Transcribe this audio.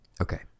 okay